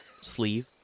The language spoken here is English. sleeve